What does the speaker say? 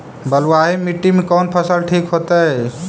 बलुआही मिट्टी में कौन फसल ठिक होतइ?